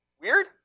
weird